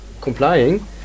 complying